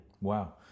Wow